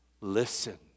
listen